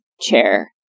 chair